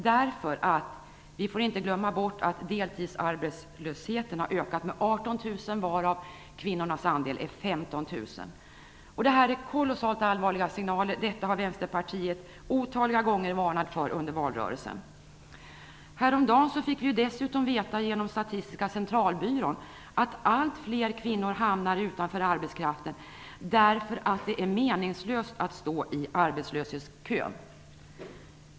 Vi får nämligen inte glömma bort att antalet deltidsarbetslösa har ökat med 18 000, varav 15 000 Det här är kolossalt allvarliga signaler, och detta har Vänsterpartiet otaliga gånger varnat för under valrörelsen. Häromdagen fick vi dessutom genom Statistiska centralbyrån veta att allt fler kvinnor hamnar utanför arbetskraften därför att det är meningslöst att stå i arbetslöshetskön.